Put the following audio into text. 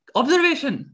observation